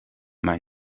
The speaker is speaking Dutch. maar